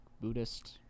Buddhist